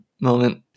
moment